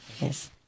Yes